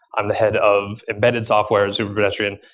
i'm the head of embedded software at superpedestrian,